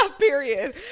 Period